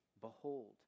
Behold